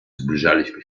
zbliżaliśmy